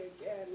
again